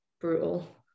brutal